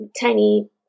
tiny